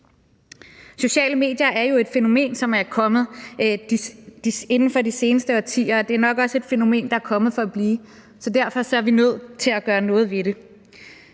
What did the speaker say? Sociale medier er jo et fænomen, som er kommet inden for de seneste årtier, og det er nok også et fænomen, der er kommet for at blive, så derfor er vi nødt til at gøre noget ved det.